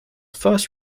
first